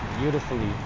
beautifully